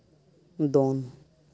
ᱫᱚᱱ